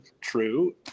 true